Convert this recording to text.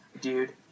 dude